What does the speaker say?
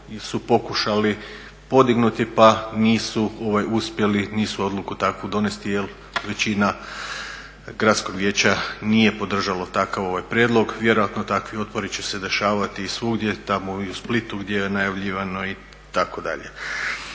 su pokušali podignuti pa nisu uspjeli takvu odluku donesti jer većina gradskog vijeća nije podržala takav prijedlog. Vjerojatno takvi otpori će se dešavati i svugdje. Tamo i u Splitu gdje je najavljivano itd.